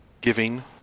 giving